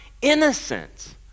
innocent